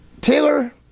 Taylor